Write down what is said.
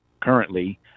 currently